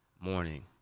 morning